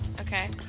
Okay